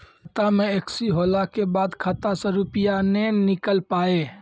खाता मे एकशी होला के बाद खाता से रुपिया ने निकल पाए?